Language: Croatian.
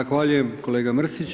Zahvaljujem, kolega Mrsić.